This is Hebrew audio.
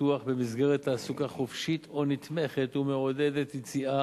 הפתוח במסגרת תעסוקה חופשית או נתמכת ומעודדת יציאה